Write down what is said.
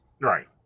Right